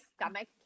stomach